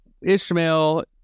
ishmael